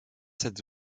cette